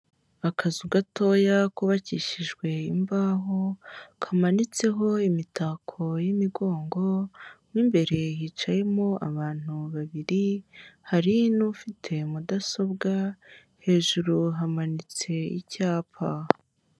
Akazu gatoya kubabakishijwe imbaho, kamanitseho imitako y'imigongo, mo imbere hicayemo abantu babiri, hari n'ufite mudasobwa hejuru hamanitse icyapa.